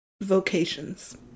vocations